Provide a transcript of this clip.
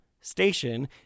station